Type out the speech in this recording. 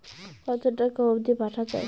কতো টাকা অবধি পাঠা য়ায়?